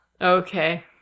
okay